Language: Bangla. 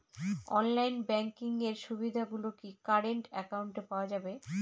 অনলাইন ব্যাংকিং এর সুবিধে গুলি কি কারেন্ট অ্যাকাউন্টে পাওয়া যাবে?